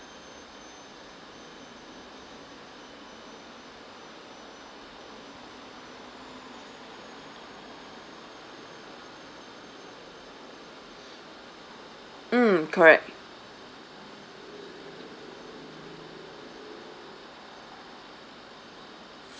mm correct